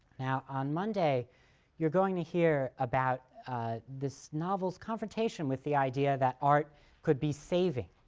now, on monday you're going to hear about this novel's confrontation with the idea that art could be saving,